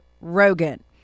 Rogan